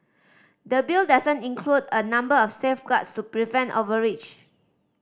the Bill doesn't include a number of safeguards to prevent overreach